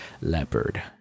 Leopard